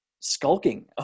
skulking